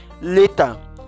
later